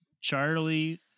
Charlie